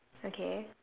okay